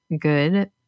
Good